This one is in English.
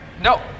No